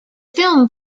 film